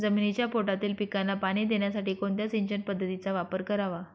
जमिनीच्या पोटातील पिकांना पाणी देण्यासाठी कोणत्या सिंचन पद्धतीचा वापर करावा?